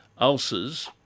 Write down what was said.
ulcers